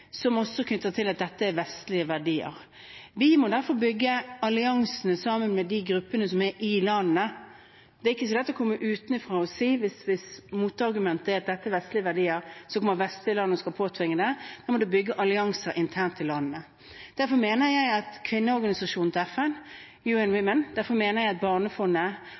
som også er knyttet til at dette er vestlige verdier. Vi må derfor bygge alliansene sammen med de gruppene som er i landene. Hvis motargumentet er at dette er vestlige verdier, er det ikke så lett å komme utenfra og skulle påtvinge det. Da må det bygges allianser internt i landene. Derfor mener jeg at kvinneorganisasjonen til FN, UN Women,